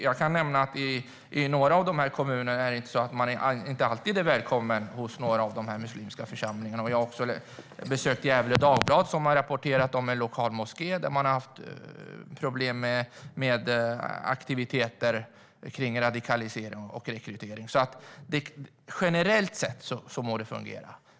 Jag kan nämna att man inte alltid är välkommen hos de muslimska församlingarna. Jag har också besökt Gefle Dagblad, som har rapporterat om en lokal moské där man har haft problem med aktiviteter kring radikalisering och rekrytering. Generellt må det fungera.